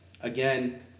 again